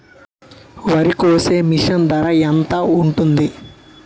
వరి కోసే మిషన్ ధర ఎంత ఉంటుంది?